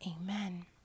amen